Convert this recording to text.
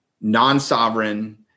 non-sovereign